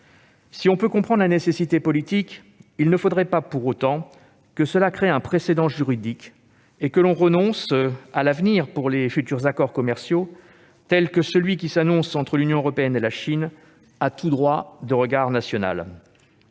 Si l'on peut en comprendre la nécessité politique, il ne faudrait pas, pour autant, que cela crée un précédent juridique et que l'on renonce, pour les futurs accords commerciaux- par exemple l'accord qui s'annonce entre l'Union européenne et la Chine -, à tout droit de regard national.